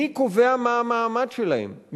מי קובע מה המעמד שלהם,